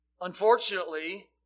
Unfortunately